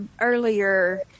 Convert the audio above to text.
earlier